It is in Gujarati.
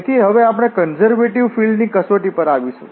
તેથી હવે આપણે કન્ઝર્વેટિવ ફીલ્ડ્ ની કસોટી પર આવીશું